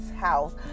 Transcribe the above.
house